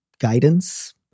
guidance